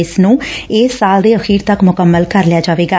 ਇਸ ਨੰ ਇਸ ਸਾਲ ਦੇ ਅਖੀਰ ਤੱਕ ਮੁਕੰਮਲ ਕਰ ਲਿਆ ਜਾਵੇਗਾ